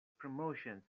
promotions